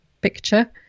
picture